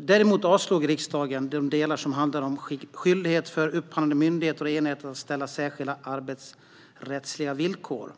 Däremot avslog riksdagen de delar som handlade om skyldighet för upphandlande myndigheter och enheter att uppställa särskilda arbetsrättsliga villkor.